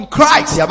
Christ